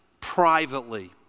privately